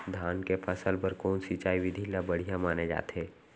धान के फसल बर कोन सिंचाई विधि ला बढ़िया माने जाथे?